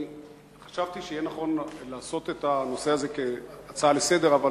חשבתי שיהיה נכון להעלות את הנושא הזה כהצעה לסדר-היום,